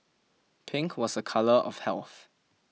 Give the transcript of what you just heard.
pink was a colour of health